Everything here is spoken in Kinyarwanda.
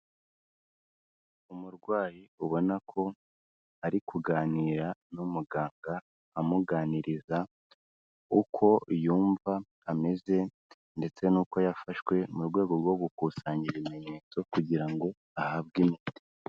Umurwayi ubona ko ari kuganira n'umuganga amuganiriza uko yumva ameze ndetse n'uko yafashwe mu rwego rwo gukusanya ibimenyetso kugira ngo ahabwe imiti.